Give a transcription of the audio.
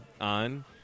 on